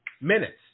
minutes